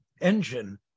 engine